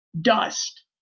Dust